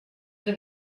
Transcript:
does